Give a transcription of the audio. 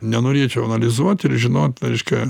nenorėčiau analizuot ir žinot reiškia